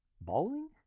Bowling